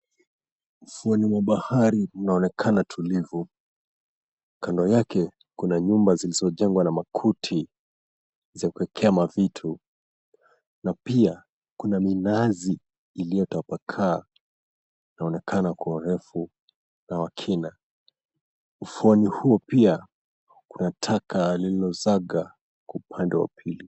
Ufuoni mwa bahari, mnaonekana tulivu. Kando yake kuna nyumba zilizojengwa na makuti, za ukawekea mavitu. Na pia kuna minazi iliyotapakaa inaonekana kwa urefu na wa kina. Ufuoni huu pia kunataka lililosaga kwa upande wa pili.